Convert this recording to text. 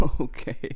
Okay